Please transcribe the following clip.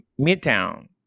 midtown